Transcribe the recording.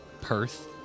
Perth